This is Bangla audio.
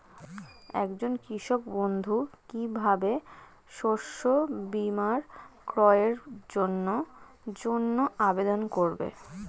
একজন কৃষক বন্ধু কিভাবে শস্য বীমার ক্রয়ের জন্যজন্য আবেদন করবে?